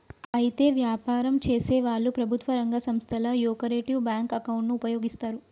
అయితే వ్యాపారం చేసేవాళ్లు ప్రభుత్వ రంగ సంస్థల యొకరిటివ్ బ్యాంకు అకౌంటును ఉపయోగిస్తారు